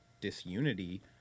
disunity